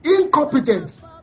incompetent